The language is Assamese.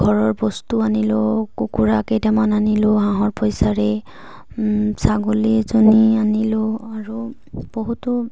ঘৰৰ বস্তু আনিলোঁ কুকুৰা কেইটামান আনিলোঁ হাঁহৰ পইচাৰে ছাগলীজনী আনিলোঁ আৰু বহুতো